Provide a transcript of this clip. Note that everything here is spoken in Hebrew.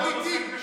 שר בלתי תיק.